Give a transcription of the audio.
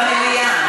במליאה.